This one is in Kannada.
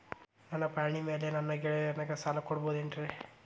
ನನ್ನ ಪಾಣಿಮ್ಯಾಲೆ ನನ್ನ ಗೆಳೆಯಗ ಸಾಲ ಕೊಡಬಹುದೇನ್ರೇ?